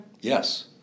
Yes